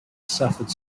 suffered